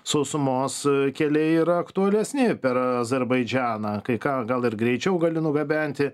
sausumos keliai yra aktualesni per azerbaidžaną kai ką gal ir greičiau gali nugabenti